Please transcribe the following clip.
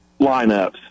lineups